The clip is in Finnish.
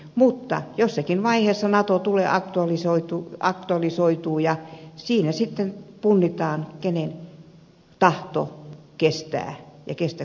mutta jossakin vaiheessa nato aktualisoituu ja siinä sitten punnitaan kenen tahto kestää ja kestääkö suomen kansan tahto